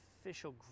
official